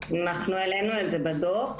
אנחנו העלינו את זה בדוח,